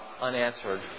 unanswered